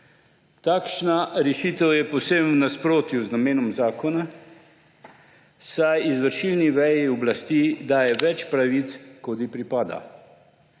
Takšna rešitev je povsem v nasprotju z namenom zakona, saj izvršilni veji oblasti daje več pravic, kot ji pripada.